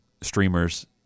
streamers